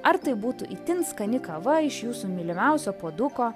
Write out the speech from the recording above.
ar tai būtų itin skani kava iš jūsų mylimiausio puoduko